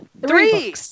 three